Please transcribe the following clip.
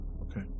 Okay